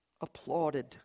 applauded